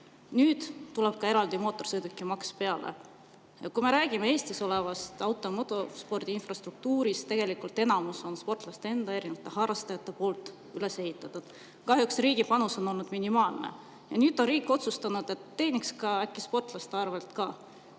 Nüüd tuleb veel ka eraldi mootorsõidukimaks. Kui me räägime Eestis olevast auto‑ ja motospordi infrastruktuurist, siis tegelikult enamus sellest on sportlaste enda, erinevate harrastajate poolt üles ehitatud. Kahjuks riigi panus on olnud minimaalne, aga nüüd on riik otsustanud, et teeniks äkki sportlaste arvelt ka.